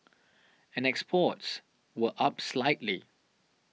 and exports were up slightly